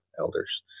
elders